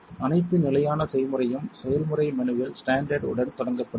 அனைத்து நிலையான செய்முறையும் செயல்முறை மெனுவில் ஸ்டாண்டர்ட் உடன் தொடங்குகிறது